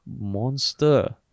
monster